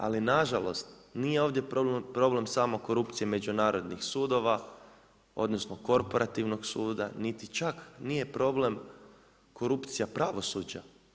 Ali na žalost, nije ovdje problem samo korupcije međunarodnih sudova odnosno korporativnog suda niti čak nije problem korupcija pravosuđa.